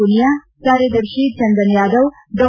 ಪುನಿಯಾ ಕಾರ್ಯದರ್ಶಿ ಚಂದನ್ ಯಾದವ್ ಡಾ